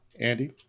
Andy